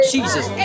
Jesus